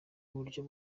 uburyo